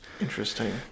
Interesting